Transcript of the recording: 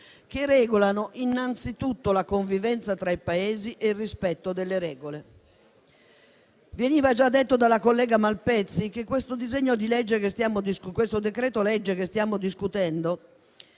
che regolano innanzitutto la convivenza tra i Paesi e il rispetto delle regole. È stato già detto dalla collega Malpezzi che il decreto-legge che stiamo discutendo